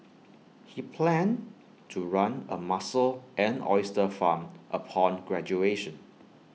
he planned to run A mussel and oyster farm upon graduation